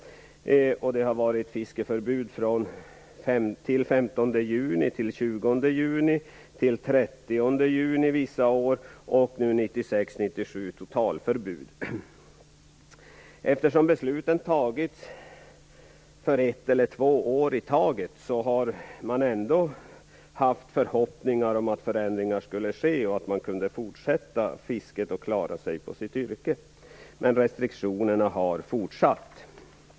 Det har varit fiskeförbud till den 15 juni, till den 20 juni, till den 30 juni vissa år och nu 1996/97 totalförbud. Eftersom beslutet fattas för ett eller två år i taget har man ändå haft förhoppningar om att förändringar skulle ske och att man skulle kunna fortsätta fisket och klara sig på sitt yrke. Men restriktionerna har fortsatt.